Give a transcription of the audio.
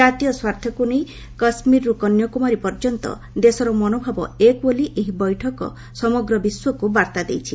ଜାତୀୟ ସ୍ୱାର୍ଥକୁ ନେଇ କାଶ୍ମୀରରୁ କନ୍ୟାକୁମାରୀ ପର୍ଯ୍ୟନ୍ତ ଦେଶର ମନୋଭାବ ଏକ ବୋଲି ଏହି ବୈଠକ ସମଗ୍ର ବିଶ୍ୱକୁ ବାର୍ତ୍ତା ଦେଇଛି